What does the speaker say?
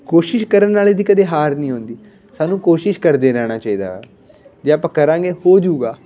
ਕੋਸ਼ਿਸ਼ ਕਰਨ ਵਾਲੇ ਦੀ ਕਦੇ ਹਾਰ ਨਹੀਂ ਹੁੰਦੀ ਸਾਨੂੰ ਕੋਸ਼ਿਸ਼ ਕਰਦੇ ਰਹਿਣਾ ਚਾਹੀਦਾ ਜੇ ਆਪਾਂ ਕਰਾਂਗੇ ਹੋ ਜੂਗਾ